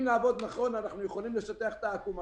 אם נעבוד נכון אנחנו יכולים לשטח את העקומה.